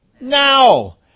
now